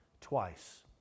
twice